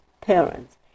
parents